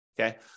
Okay